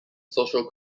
social